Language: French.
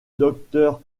docteur